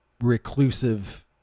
reclusive